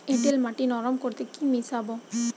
এঁটেল মাটি নরম করতে কি মিশাব?